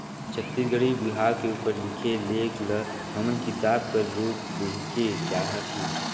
छत्तीसगढ़ी बिहाव के उपर लिखे लेख ल हमन किताब कर रूप देहेक चाहत हन